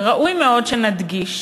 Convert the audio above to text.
וראוי מאוד שנדגיש